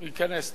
הוא ייכנס תיכף.